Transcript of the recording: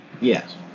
Yes